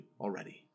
already